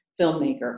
filmmaker